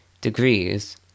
degrees